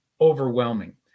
overwhelming